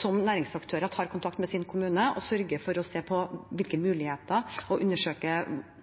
som næringsaktører tar kontakt med sin kommune og sørger for å se på mulighetene og undersøke